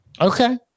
Okay